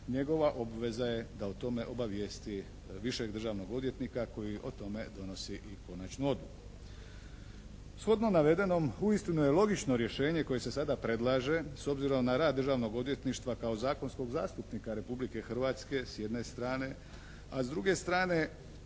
njegova obveza je da o tome obavijesti višeg državnog odvjetnika koji o tome donosi i konačnu odluku. Shodno navedenom uistinu je logično rješenje koje se sada predlaže s obzirom na rad Državnog odvjetništva kao zakonskog zastupnika Republike Hrvatske s jedne strane, a s druge strane